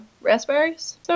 raspberries